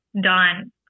done